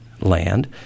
land